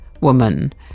woman